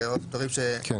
ועוד כמה דברים שהיושב-ראש,